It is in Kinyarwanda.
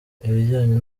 ibijyanye